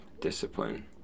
Discipline